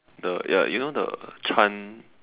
the ya you know the Chan